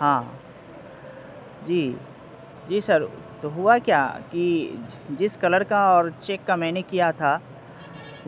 ہاں جی جی سر تو ہوا کیا کہ جس کلر کا اور چیک کا میں نے کیا تھا